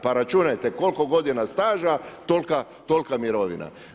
Pa računajte koliko godina staža, tolika mirovina.